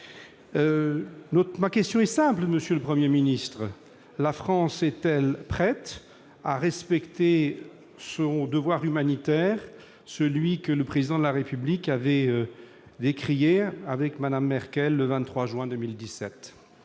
Ma question est simple, monsieur le Premier ministre : la France est-elle prête à respecter son devoir humanitaire, celui que le président de la République avait exprimé avec Mme Merkel, le 23 juin 2017 ?